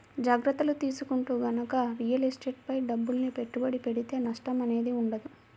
జాగర్తలు తీసుకుంటూ గనక రియల్ ఎస్టేట్ పై డబ్బుల్ని పెట్టుబడి పెడితే నష్టం అనేది ఉండదు